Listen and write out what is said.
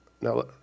now